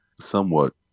somewhat